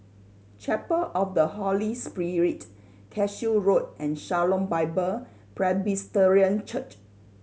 Chapel of the Holy Spirit Cashew Road and Shalom Bible Presbyterian Church